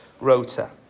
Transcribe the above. rotor